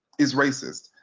is racist.